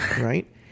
right